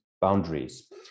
boundaries